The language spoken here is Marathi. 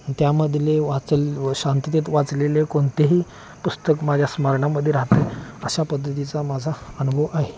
त्यामधले वाचल शांततेत वाचलेले कोणतेही पुस्तक माझ्या स्मरणामध्येे राहते अशा पद्धतीचा माझा अनुभव आहे